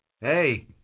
Hey